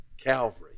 Calvary